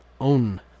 own